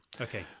Okay